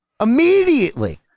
immediately